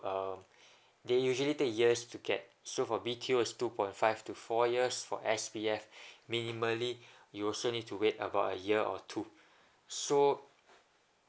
um they usually take years to get so for B_T_O is two point five to four years for S_B_F minimally you also need to wait about a year or two so